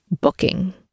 booking